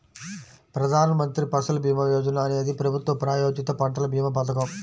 ప్రధాన్ మంత్రి ఫసల్ భీమా యోజన అనేది ప్రభుత్వ ప్రాయోజిత పంటల భీమా పథకం